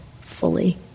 fully